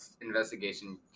investigation